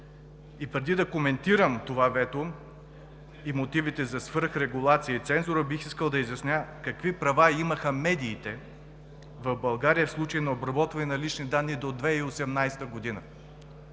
и преди да коментирам това вето и мотивите за свръхрегулация и цензура, бих искал да изясня какви права имаха медиите в България в случай на обработване на лични данни до 2018 г., за